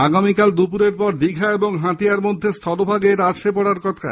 আগামীকাল দুপুরের পর দীঘা ও হাতিয়ার মধ্যে স্থলভাগে এটির আছড়ে পড়ার কথা